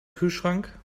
kühlschrank